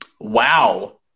Wow